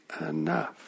enough